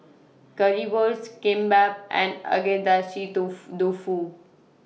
Currywurst Kimbap and Agedashi Dofu Dofu